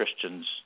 Christians